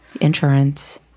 insurance